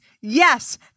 Yes